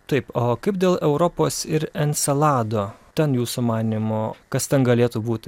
taip o kaip dėl europos ir encelado ten jūsų manymu kas ten galėtų būti